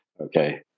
Okay